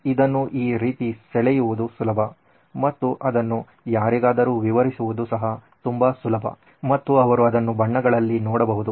ಇದನ್ನು ಈ ರೀತಿ ಸೆಳೆಯುವುದು ಸುಲಭ ಮತ್ತು ಅದನ್ನು ಯಾರಿಗಾದರೂ ವಿವರಿಸುವುದು ಸಹ ತುಂಬಾ ಸುಲಭ ಮತ್ತು ಅವರು ಅದನ್ನು ಬಣ್ಣಗಳಲ್ಲಿ ನೋಡಬಹುದು